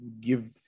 give